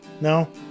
No